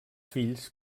fills